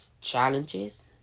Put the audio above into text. challenges